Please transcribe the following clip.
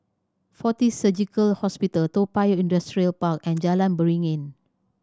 Fortis Surgical Hospital Toa Payoh Industrial Park and Jalan Beringin